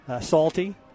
salty